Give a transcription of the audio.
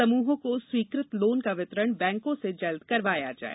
समहों को स्वीकृत लोन का वितरण बैंकों से जल्द करवाये